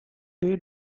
they